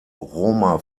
roma